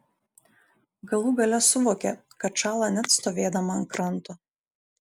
galų gale suvokė kad šąla net stovėdama ant kranto